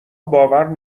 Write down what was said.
باور